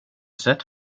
sett